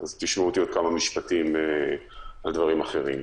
אז תשמעו אותי עוד כמה משפטים על דברים אחרים.